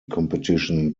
competition